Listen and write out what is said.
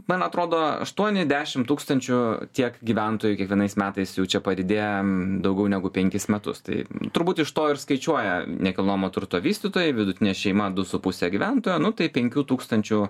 man atrodo aštuoni dešim tūkstančių tiek gyventojų kiekvienais metais jų čia padidėja daugiau negu penkis metus tai turbūt iš to ir skaičiuoja nekilnojamo turto vystytojai vidutinė šeima du su puse gyventojo nu tai penkių tūkstančių